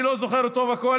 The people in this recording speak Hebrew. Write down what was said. אני לא זוכר אותו בקואליציה.